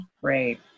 great